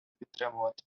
підтримувати